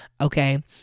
okay